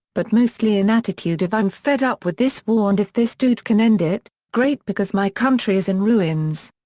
but mostly an attitude of i'm fed up with this war and if this dude can end it, great because my country is in ruins.